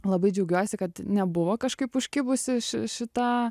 labai džiaugiuosi kad nebuvo kažkaip užkibusi ši šita